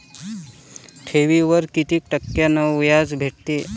ठेवीवर कितीक टक्क्यान व्याज भेटते?